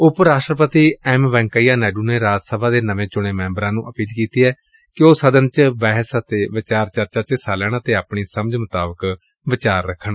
ਉਪ ਰਾਸਟਰਪਤੀ M Venkaiah Naidu ਨੇ ਰਾਜ ਸਭਾ ਦੇ ਨਵੇ ਚੁਣੇ ਮੈ ਬਰਾਂ ਨੂੰ ਅਪੀਲ ਕੀਤੀ ਏ ਕਿ ਉਹ ਸਦਨ ਵਿਚ ਬਹਿਸ ਅਤੇ ਵਿਚਾਰ ਚਰਚਾ ਚ ਹਿੱਸਾ ਲੈਣ ਅਤੇ ਆਪਣੀ ਸਮਝ ਮੁਤਾਬਿਕ ਵਿਚਾਰ ਰੱਖਣ